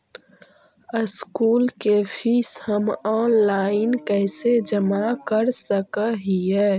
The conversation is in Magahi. स्कूल के फीस हम ऑनलाइन कैसे जमा कर सक हिय?